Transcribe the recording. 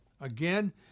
Again